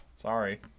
sorry